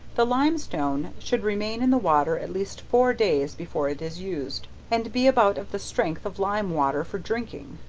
the limestone should remain in the water at least four days before it is used, and be about of the strength of lime-water for drinking,